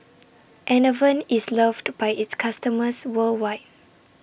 Enervon IS loved By its customers worldwide